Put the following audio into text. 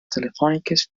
telefòniques